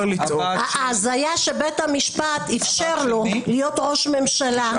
ההזיה היא שבית המשפט אפשר לו להיות ראש ממשלה,